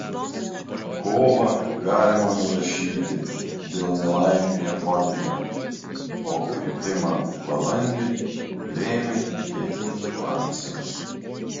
kovą galima nurašyti dėl nelaimių japonijoje o kritimą balandį lėmė vietiniai niuansai